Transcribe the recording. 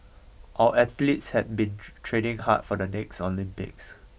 our athletes have been training hard for the next Olympics